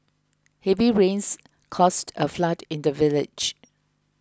heavy rains caused a flood in the village